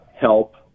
help